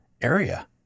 area